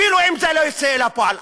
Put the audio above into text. אפילו אם זה לא יצא אל הפועל.